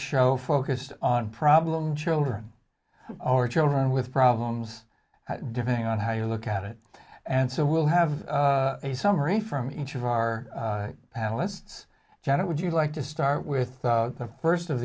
show focused on problem children or children with problems depending on how you look at it and so we'll have a summary from each of our panelists janet would you like to start with the first of